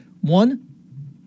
one